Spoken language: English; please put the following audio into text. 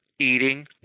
eating